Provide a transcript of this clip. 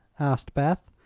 asked beth,